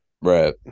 Right